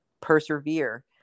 persevere